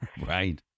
Right